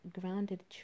grounded